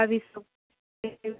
अभी